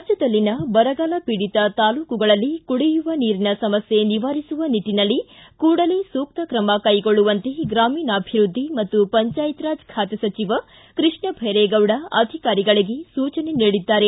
ರಾಜ್ಯದಲ್ಲಿನ ಬರಗಾಲ ಪೀಡಿತ ತಾಲೂಕುಗಳಲ್ಲಿ ಕುಡಿಯುವ ನೀರಿನ ಸಮಸ್ಯ ನಿವಾರಿಸುವ ನಿಟ್ಟನಲ್ಲಿ ಕೂಡಲೇ ಸೂಕ್ತ ತ್ರಮ ಕೈಗೊಳ್ಳುವಂತೆ ಗಾಮೀಣಾಭಿವೃದ್ಧಿ ಮತ್ತು ಪಂಚಾಯತ್ ರಾಜ್ ಖಾತೆ ಸಚಿವ ಕೃಷ್ಣ ಬೈರೇಗೌಡ ಅಧಿಕಾರಿಗಳಿಗೆ ಸೂಚನೆ ನೀಡಿದ್ದಾರೆ